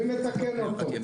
מי מתקן אותו?